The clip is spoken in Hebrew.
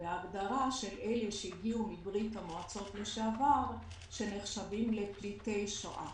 ההגדרה של אלה שהגיעו מברית המועצות לשעבר שנחשבים לפליטי שואה